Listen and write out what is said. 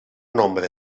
nombre